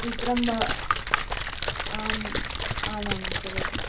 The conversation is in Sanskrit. चित्रम् आम् आमां चलति